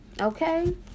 okay